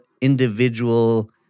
individual